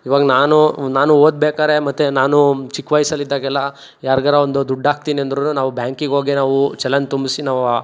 ಇವಾಗ ನಾನು ನಾನು ಓದ್ಬೇಕಾದ್ರೆ ಮತ್ತು ನಾನು ಚಿಕ್ಕ ವಯಸ್ಸಲ್ಲಿದ್ದಾಗೆಲ್ಲ ಯಾರ್ಗಾರು ಒಂದು ದುಡ್ಡಾಕ್ತೀನಿ ಅಂದ್ರೂ ನಾವು ಬ್ಯಾಂಕಿಗೋಗೇ ನಾವು ಚಲನ್ ತುಂಬಿಸಿ ನಾವು ಆ